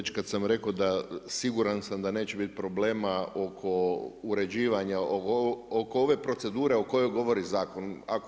Već kad sam rekao da, siguran sam da neće bit problema oko uređivanja oko ove procedure o kojoj govori zakon.